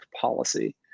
policy